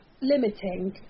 limiting